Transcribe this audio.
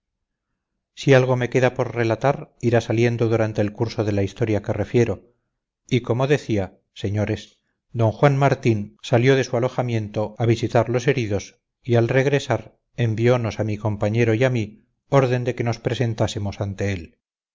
si algo me queda por relatar irá saliendo durante el curso de la historia que refiero y como decía señores d juan martín salió de su alojamiento a visitar los heridos y al regresar envionos a mi compañero y a mí orden de que nos presentásemos a él